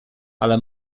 ale